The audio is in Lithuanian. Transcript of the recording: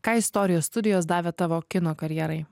ką istorijos studijos davė tavo kino karjerai